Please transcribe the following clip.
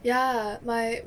ya my